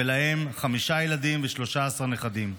ולהם חמישה ילדים ו-13 נכדים.